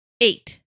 Eight